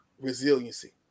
resiliency